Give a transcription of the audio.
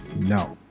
No